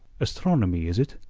astronomy, is it?